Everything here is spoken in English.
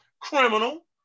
Criminal